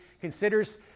considers